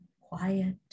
quiet